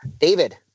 David